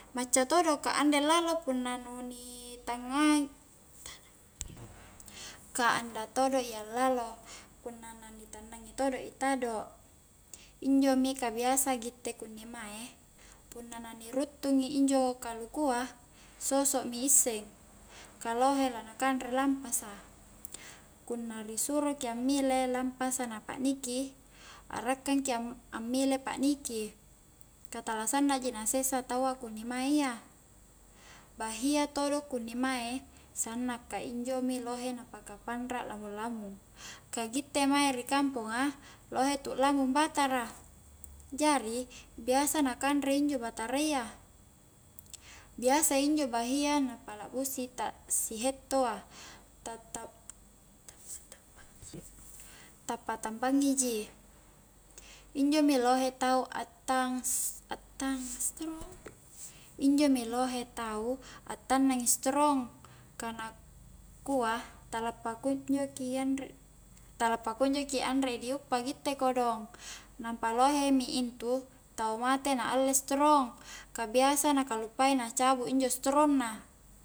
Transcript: Macca todo' ka andai lallo, punna nu ni tangnga ka anda todo' i allalo punna na ni tannangi todo i tado' injomi ka biasa gitte kunni mae punna na ni ruttungi injo kalukua soso' mi isseng ka lohe la na kanre lampasa, punna ri suroki ammile lampasa na pa'niki, akrakkang ki ammi-ammile pa'niki ka tala sanna ji na sessa taua kunni mae iya, bahia todo kunni mae sanna ka injo mi lohe na paka panrak lamung-lamung ka gitte mae ri kampongnga lohe tu'lamung batara, jari biasa na kanre injo batarayya, biasa injo bahia na palakbusi ta' sihetto a, ta'ta ta patambangngi ji injomi lohe tau a'tangs-a'tangs injomi lohe tau a'tannangi setrong ka nakua tala pakunjo ki anre-tala pakunjoki anre di uppa gitte kodong nampa lohe mi intu tau mate na alle setrong, ka biasa na kallupai na cabu' injo setrong na